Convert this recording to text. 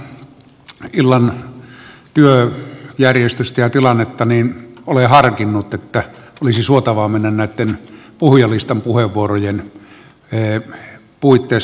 kun minä katson tätä tämän illan työjärjestystä ja tilannetta niin olen harkinnut että olisi suotavaa mennä näitten puhujalistan puheenvuorojen puitteissa